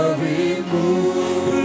remove